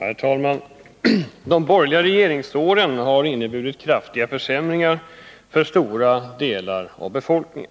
Herr talman! De borgerliga regeringsåren har inneburit kraftiga försäm 11 november 1981 ringar för stora delar av befolkningen.